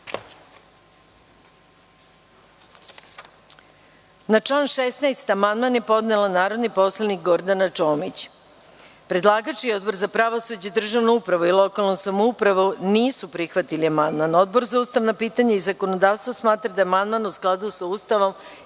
član 16. amandman je podnela narodni poslanik Gordana Čomić. Predlagač i Odbor za pravosuđe, državnu upravu i lokalnu samoupravu nisu prihvatili amandman. Odbor za ustavna pitanja i zakonodavstvo smatra da je amandman u skladu sa Ustavom